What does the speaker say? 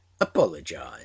Apologise